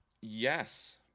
yes